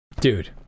Dude